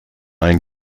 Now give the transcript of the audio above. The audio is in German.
ein